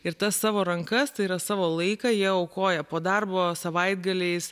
ir tas savo rankas tai yra savo laiką jie aukoja po darbo savaitgaliais